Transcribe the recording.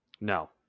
No